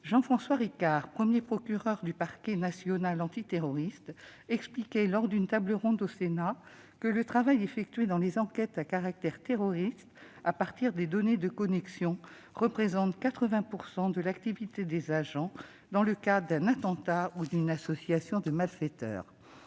Jean-François Ricard, premier procureur du parquet national antiterroriste, expliquait lors d'une table ronde au Sénat que le travail effectué dans les enquêtes à caractère terroriste à partir des données de connexion représentait 80 % de l'activité des agents, dans le cas d'un attentat ou d'une association de malfaiteurs.